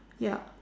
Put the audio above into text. ya